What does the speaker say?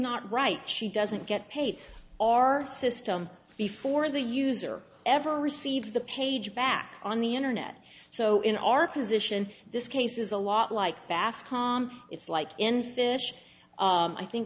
not right she doesn't get paid our system before the user ever receives the page back on the internet so in our position this case is a lot like bass com it's like in fish i think